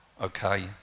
okay